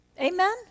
Amen